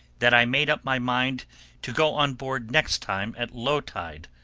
that i made up my mind to go on board next time at low tide.